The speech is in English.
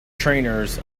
trainers